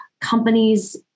Companies